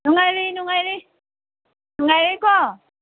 ꯅꯨꯡꯉꯥꯏꯔꯤ ꯅꯨꯡꯉꯥꯏꯔꯤ ꯅꯨꯡꯉꯥꯏꯔꯤꯀꯣ